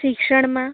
શિક્ષણમાં